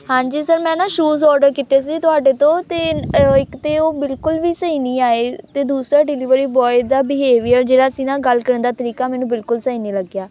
ਹਾਂਜੀ ਸਰ ਮੈਂ ਨਾ ਸ਼ੂਜ ਔਡਰ ਕੀਤੇ ਸੀ ਤੁਹਾਡੇ ਤੋਂ ਅਤੇ ਇੱਕ ਤਾਂ ਉਹ ਬਿਲਕੁਲ ਵੀ ਸਹੀ ਨਹੀਂ ਆਏ ਅਤੇ ਦੂਸਰਾ ਡਿਲੀਵਰੀ ਬੋਆਏ ਦਾ ਬਿਹੇਵੀਅਰ ਜਿਹੜਾ ਸੀ ਨਾ ਗੱਲ ਕਰਨ ਦਾ ਤਰੀਕਾ ਮੈਨੂੰ ਬਿਲਕੁਲ ਸਹੀ ਨਹੀਂ ਲੱਗਿਆ